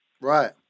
Right